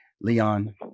Leon